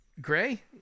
Gray